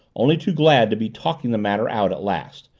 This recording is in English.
only too glad to be talking the matter out at last,